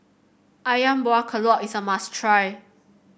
ayam Buah Keluak is a must try